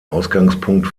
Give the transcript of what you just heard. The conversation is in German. ausgangspunkt